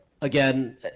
Again